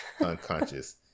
unconscious